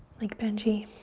like benji.